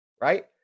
right